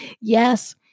Yes